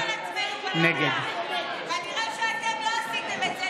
נגד תראה אם הוא הצביע.